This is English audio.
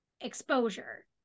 Exposure